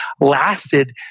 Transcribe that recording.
lasted